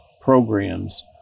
programs